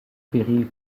périls